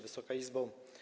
Wysoka Izbo!